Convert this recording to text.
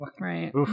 Right